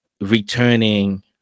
returning